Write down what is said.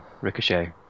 ricochet